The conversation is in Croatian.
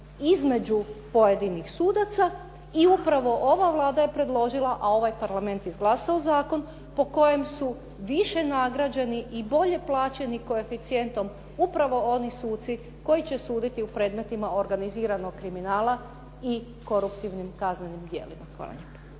između pojedinih sudaca. I upravo ova Vlada je predložila, a ovaj Parlament izglasao zakon po kojem su više nagrađeni i bolje plaćeni koeficijentom upravo oni suci koji će suditi u predmetima organiziranog kriminala i koruptivnim kaznenim djelima.